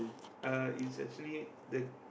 uh it's actually the